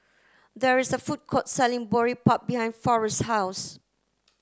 there is a food court selling Boribap behind Forest's house